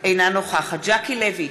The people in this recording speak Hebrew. אינה נוכחת ז'קי לוי,